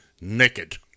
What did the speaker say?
naked